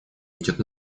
ведет